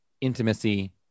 intimacy